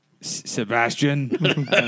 Sebastian